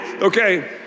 Okay